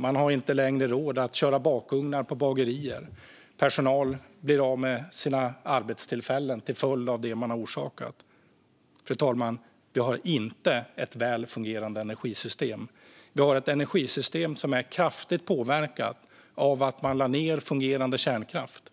Man har inte längre råd att köra bakugnar på bagerier. Personal blir av med sina arbetstillfällen till följd av vad den förra regeringen har orsakat. Fru talman! Vi har inte ett väl fungerande energisystem. Vi har ett energisystem som är kraftigt påverkat av att man lade ned fungerande kärnkraft.